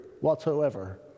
whatsoever